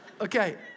Okay